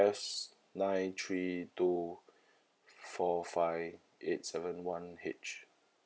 S nine three two four five eight seven one H